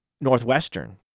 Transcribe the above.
Northwestern